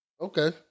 Okay